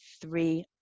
three